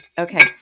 Okay